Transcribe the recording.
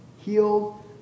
healed